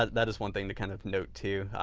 ah that is one thing to kind of note too.